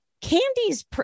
Candy's